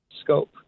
scope